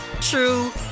true